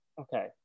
Okay